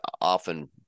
often